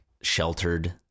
sheltered